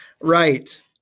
right